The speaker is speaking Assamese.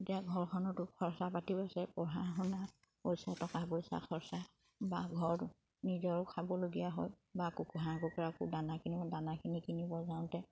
এতিয়া ঘৰখনতো খৰচা পাতি পঢ়া শুনা পইচা টকা পইচা খৰচা বা ঘৰ নিজৰো খাবলগীয়া হয় বা হাঁহ কুকুৰাক দানা কিনিব দানাখিনি কিনিব যাওঁতে